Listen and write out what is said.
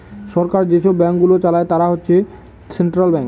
সরকার যেসব ব্যাঙ্কগুলো চালায় তারা হচ্ছে সেন্ট্রাল ব্যাঙ্কস